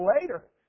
later